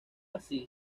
así